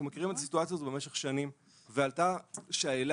אנחנו מכירים את הסיטואציה הזאת במשך שנים ועלתה שאלה,